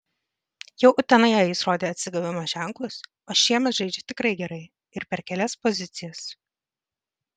jau utenoje jis rodė atsigavimo ženklus o šiemet žaidžia tikrai gerai ir per kelias pozicijas